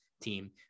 team